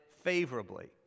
favorably